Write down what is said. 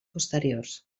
posteriors